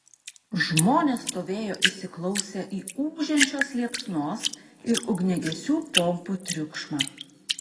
žmonės stovėjo įsiklausę į ūžiančios liepsnos ir ugniagesių pompų triukšmą